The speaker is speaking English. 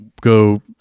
go